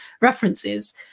references